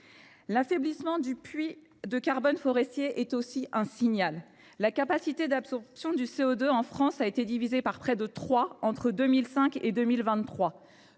L’affaiblissement du puits de carbone forestier est aussi un signal. La capacité d’absorption du CO2 en France a été divisée par près de trois entre 2005 et 2023.